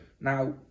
Now